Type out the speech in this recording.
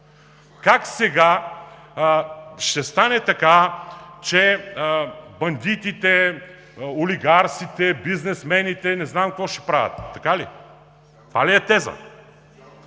Как сега ще стане така, че бандитите, олигарсите, бизнесмените, не знам какво ще правят. Така ли? Това ли е тезата?